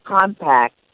Compact